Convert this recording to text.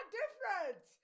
different